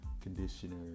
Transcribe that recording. conditioner